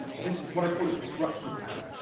and this, what i call a disruptive ad.